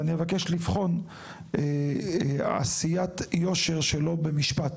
ואני אבקש לבחון עשיית יושר שלא במשפט.